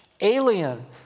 alien